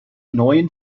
neuen